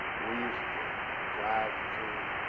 we used to drive through,